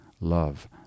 love